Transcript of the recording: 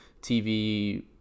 TV